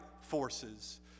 forces